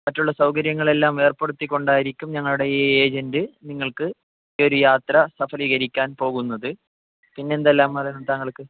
മറ്റുള്ള സൗകര്യങ്ങളെല്ലാം ഏർപ്പെടുത്തിക്കൊണ്ട് ആയിരിക്കും ഞങ്ങളുടെ ഈ ഏജൻ്റ് നിങ്ങൾക്ക് ഒരു യാത്ര സഫലീകരിക്കാൻ പോകുന്നത് പിന്നെ എന്തെല്ലാം അറിയണം താങ്കൾക്ക്